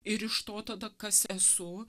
ir iš to tada kas esu